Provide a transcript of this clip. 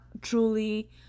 truly